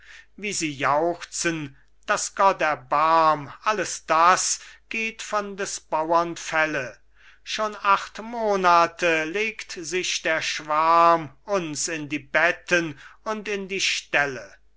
wie sie juchzen daß gott erbarm alles das geht von des bauern felle schon acht monate legt sich der schwarm uns in die betten und in die ställe